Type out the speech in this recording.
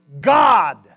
God